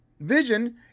Vision